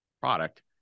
Product